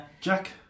Jack